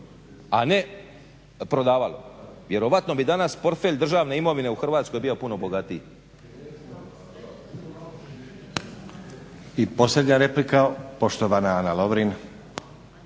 a ne prodavalo. Vjerojatno bi danas portfelj državne imovine u Hrvatskoj bio puno bogatiji. **Stazić, Nenad (SDP)** I posljednja replika, poštovana Ana Lovrin.